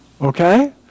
Okay